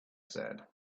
said